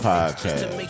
Podcast